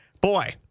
Boy